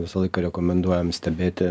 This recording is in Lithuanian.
visą laiką rekomenduojam stebėti